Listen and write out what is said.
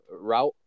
route